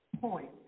point